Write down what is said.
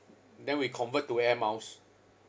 then we convert to Air Miles